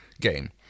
game